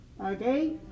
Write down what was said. Okay